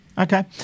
Okay